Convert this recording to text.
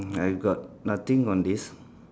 I got nothing on this